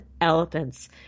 Elephants